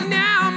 now